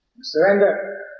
surrender